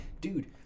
dude